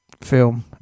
film